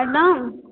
प्रणाम